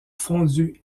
fondu